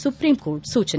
supreme court ಸೂಚನೆ